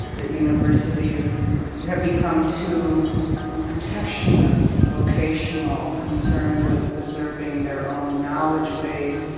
that universities have become too protectionist, vocational, concerned with preserving their own knowledge base.